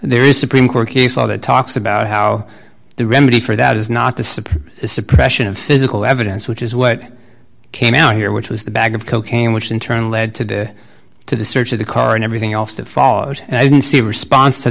there is a supreme court case law that talks about how the remedy for that is not to suppress the suppression of physical evidence which is what came out here which was the bag of cocaine which in turn led to the to the search of the car and everything else that followed and i didn't see a response to